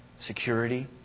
security